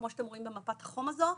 כמו שאתם רואים במפת החום הזו,